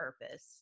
purpose